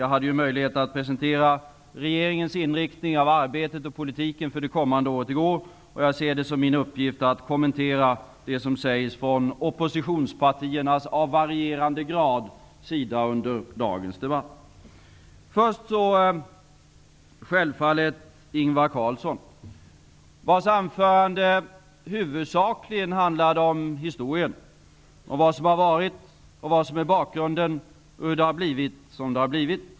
Jag hade ju i går möjlighet att presentera regeringens inriktning av arbetet och politiken för det kommande året, och jag ser det nu som min uppgift att kommentera det som sägs från oppositionspartiernas — i oOpposition av varierande grad — sida under dagens debatt. Först vänder jag mig självfallet till Ingvar Carlsson, vars anförande huvudsakligen handlade om historien — vad som har varit, vad som är bakgrunden, hur det har blivit som det har blivit.